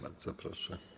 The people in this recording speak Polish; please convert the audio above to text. Bardzo proszę.